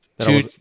Two